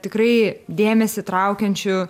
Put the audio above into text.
tikrai dėmesį traukiančiu